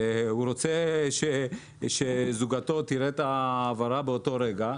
זה מקרה מצער הוא רוצה שזוגתו תראה את ההעברה באותו רגע,